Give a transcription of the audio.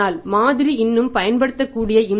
ஆனால் மாதிரி இன்னும் பயன்படுத்தக்கூடியது